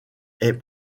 est